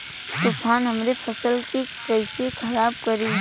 तूफान हमरे फसल के कइसे खराब करी?